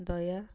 ଦୟା